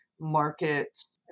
markets